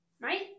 right